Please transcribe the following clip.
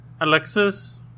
Alexis